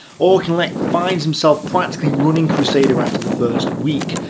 auchinleck finds himself practically running crusader after the first week.